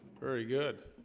very good